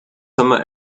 summer